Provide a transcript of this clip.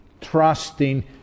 trusting